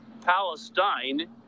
Palestine